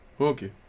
Okay